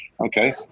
Okay